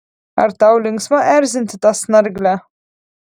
ar tau linksma erzinti tą snarglę